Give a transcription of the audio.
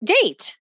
date